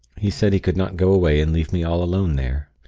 he said he could not go away and leave me all alone there.